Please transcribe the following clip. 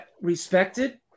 respected